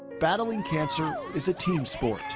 battling cancer is a team sport,